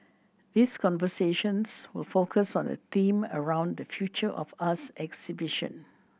these conversations will focus on the theme around the Future of us exhibition